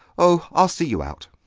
oh, i'll see you out.